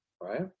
right